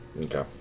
Okay